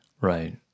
Right